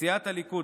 סיעת הליכוד,